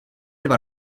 dva